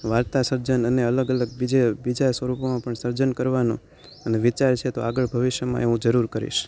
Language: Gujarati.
વાર્તા સર્જન અને અલગ અલગ બીજે બીજા સ્વરૂપોમાં પણ સર્જન કરવાનું અને વિચાર છે તો આગળ ભવિષ્યમાં એ હું જરૂર કરીશ